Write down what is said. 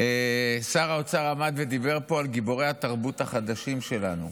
שר האוצר עמד ודיבר פה על גיבורי התרבות החדשים שלנו,